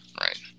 Right